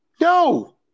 No